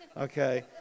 Okay